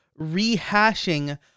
rehashing